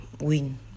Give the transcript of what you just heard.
win